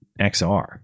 XR